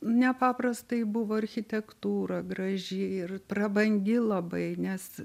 nepaprastai buvo architektūra graži ir prabangi labai nes